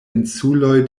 insuloj